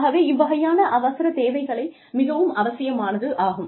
ஆகவே இவ்வகையான அவசர சேவைகள் மிகவும் அவசியமானதாகும்